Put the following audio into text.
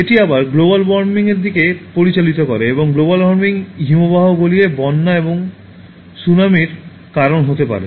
এটি আবার গ্লোবাল ওয়ার্মিংয়ের দিকে পরিচালিত করে এবং গ্লোবাল ওয়ার্মিং হিমবাহ গলিয়ে বন্যা এবং সুনামিসের কারণ হতে পারে